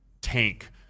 tank